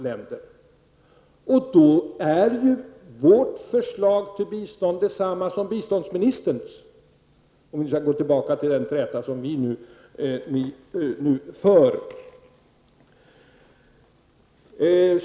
Under dessa förhållanden är vårt förslag till bistånd detsamma som biståndsministerns, för att gå tillbaka till den träta vi nu för.